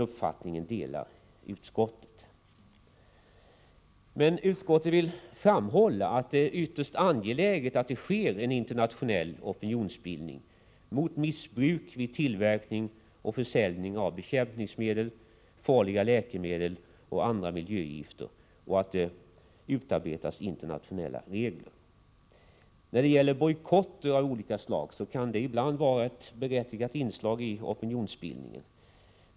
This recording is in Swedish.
Utskottet delar den uppfattningen men vill framhålla att det är ytterst angeläget att det sker en internationell opinionsbildning mot missbruk vid tillverkning och försäljning av bekämpningsmedel, farliga läkemedel och andra miljögifter och att det utarbetas internationella regler. När det gäller bojkotter av olika slag kan sådana ibland vara ett berättigat inslag i opinionsbildningen.